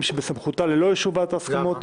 שבסמכותה ללא אישור ועדת ההסכמות.